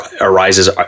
arises